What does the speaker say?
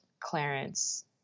Clarence